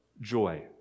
joy